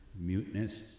muteness